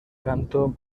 canto